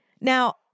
Now